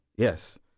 Yes